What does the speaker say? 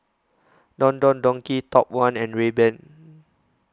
Don Don Donki Top one and Rayban